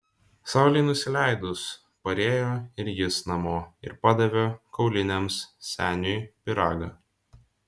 saulei nusileidus parėjo ir jis namo ir padavė kauliniams seniui pyragą